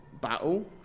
battle